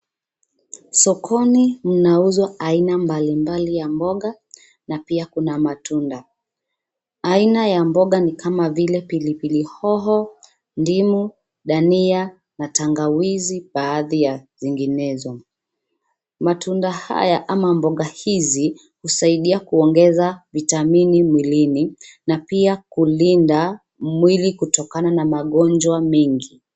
Sokoni mnauzwa aina mbalimbai ya mboga na pia kuna matunda. Aina ya mboga ni kama vile pilipili hoho, ndimu, dania, na tangawizi baadhi ya zinginezo. Matunda haya ama mboga hizi husaidia kuongeza vitamini mwilini na pia kulinda mwili kutokana na magonjwa mengi.